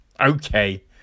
okay